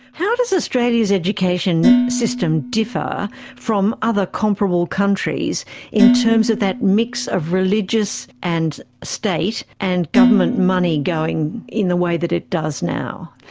how does australia's education system differ from other comparable countries in terms of that mix of religious and state and government money going in the way that it does now?